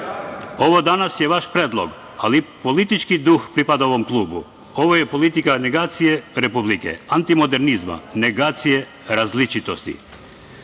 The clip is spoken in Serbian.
danas je vaš predlog, ali politički duh pripada ovom plugu. Ovo je politika negacije Republike, antimodernizma, negacije različitosti.